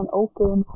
open